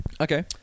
Okay